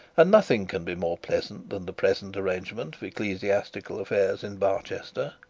and nothing can be more pleasant than the present arrangement of ecclesiastical affairs in barchester.